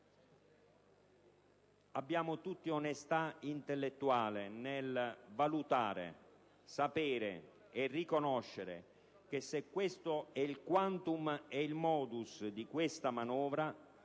abbiamo tutti onestà intellettuale nel valutare, sapere e riconoscere che se questo è il *quantum* e il *modus* di tale manovra,